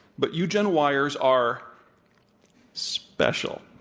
but you gen-y-ers are special.